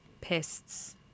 pests